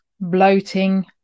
bloating